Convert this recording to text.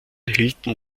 hielten